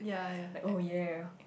like oh ya